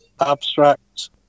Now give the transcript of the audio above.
Abstract